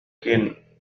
كِن